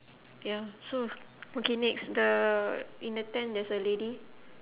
ya so okay next the in the tent there's a lady